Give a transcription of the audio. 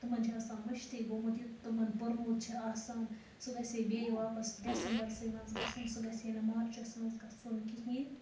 تِمَن چھِ آسان مُشتٔے گوٚمُت یہِ تِمَن پوٚرمُت چھِ آسان سُہ گژھِ ہے بیٚیہِ واپَس ڈیسمبَرٕسٔے منٛز گژھُن سُہ گژھِ ہے نہ مارٕچَس منٛز گژھُن کِہیٖنۍ